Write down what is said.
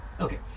Okay